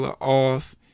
off